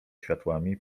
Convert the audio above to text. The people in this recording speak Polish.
światłami